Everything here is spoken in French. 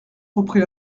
reprit